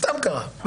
סתם קרה.